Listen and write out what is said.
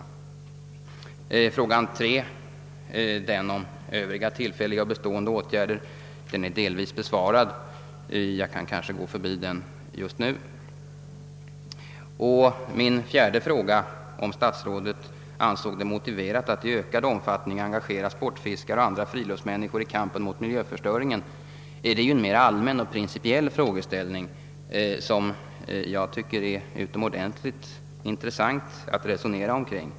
Min tredje fråga gällde vilka övriga tillfälliga och bestående åtgärder statsrådet är beredd att vidta för att möjligheterna till fritidsfiske inte skall begränsas av vattenföroreningar. Den frågan är delvis besvarad, varför jag kan gå förbi den nu. Den fjärde frågan löd: Anser statsrådet det motiverat att i ökad omfattning engagera sportfiskare och andra friluftsmänniskor i kampen mot miljöförstöringen? Det är en allmän och principiell frågeställning som jag tycker är utomordentligt intressant att diskutera.